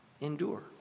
endure